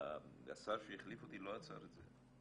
השר שהחליף אותי לא עצר את זה.